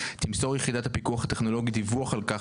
תמסור יחידת הפיקוח הטכנולוגי דיווח על כך